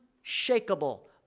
unshakable